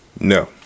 No